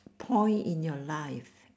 point in your life